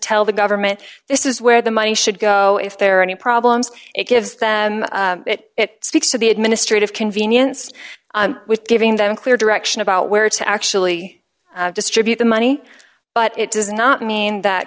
tell the government this is where the money should go if there are any problems it gives them that it speaks to the administrative convenience with giving them clear direction about where to actually distribute the money but it does not mean that